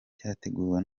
cyateguwe